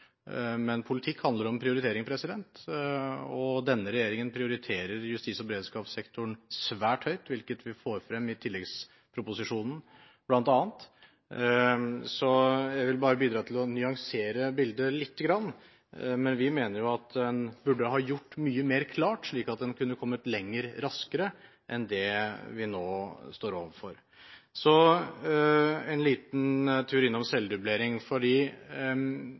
Politikk handler om prioritering, og denne regjeringen prioriterer justis- og beredskapssektoren svært høyt, hvilket vi får frem bl.a. i tilleggsproposisjonen. Jeg vil bare bidra til å nyansere bildet lite grann. Vi mener at en burde gjort mye mer klart, slik at en kunne kommet lenger raskere enn det vi nå står overfor. Så en liten tur innom